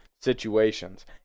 situations